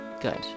good